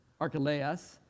Archelaus